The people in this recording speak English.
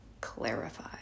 clarify